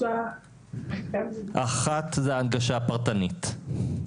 אחת זה ההנגשה הפרטנית.